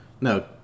No